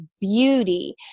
beauty